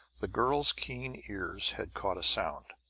the girl's keen ears had caught a sound.